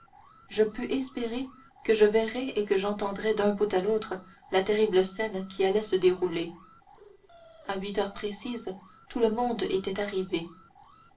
je pus espérer que je verrais et que j'entendrais d'un bout à l'autre la terrible scène qui allait se dérouler à huit heures précises tout le monde était arrivé